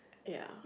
ya